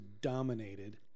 dominated